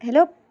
hello